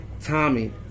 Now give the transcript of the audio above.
Tommy